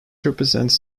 represents